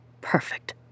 Perfect